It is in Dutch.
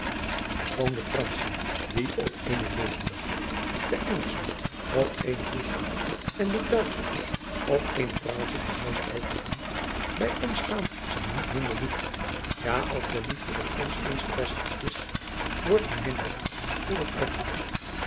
de franschen die op eene levendiger de engelschen op eene woester en de duitschers op eene praalzieker wijze uitdrukken bij ons gaan zij niet minder diep ja als de liefde bij ons eens gevestigd adriaan loosjes pzn het leven van maurits lijnslager is wordt die minder spoedig uitgedoofd